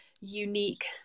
unique